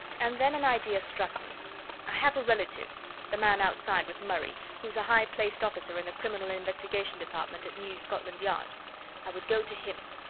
and then an idea struck me i have a relative the man outside with murray who's a high-placed officer in the criminal investigation department at new scotland yard i would go to him.